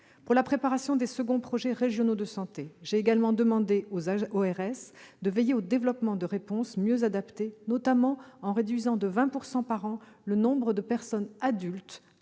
Pour la préparation des seconds projets régionaux de santé, j'ai également demandé aux ARS de veiller au développement de réponses mieux adaptées, notamment en réduisant de 20 % par an le nombre de personnes adultes